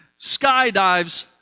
skydives